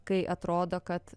kai atrodo kad